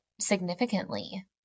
Significantly